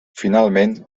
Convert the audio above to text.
finalment